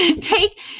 take